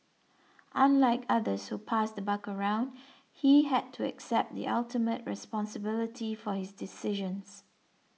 unlike others who passed the buck around he had to accept the ultimate responsibility for his decisions